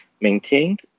maintained